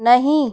नहीं